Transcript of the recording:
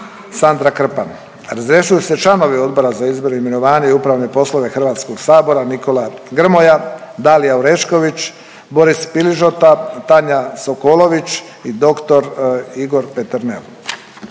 Sandra Krpan. Razrješuju se članovi Odbora za izbor, imenovanje i upravne poslove Hrvatskog sabora Nikola Grmoja, Dalija Orešković, Boris Piližota, Tanja Sokolović i dr. Igor Peternel.